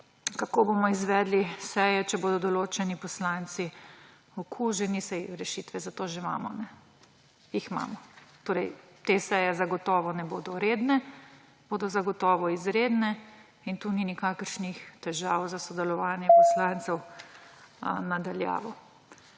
kako bomo izvedli seje, če bodo določeni poslanci okuženi – rešitve za to že imamo, jih imamo. Torej te seje zagotovo ne bodo redne, bodo zagotovo izredne in tu ni nikakršnih težav za sodelovanje poslancev na daljavo.